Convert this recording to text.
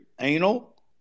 anal